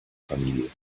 familie